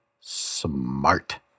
smart